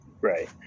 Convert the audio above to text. Right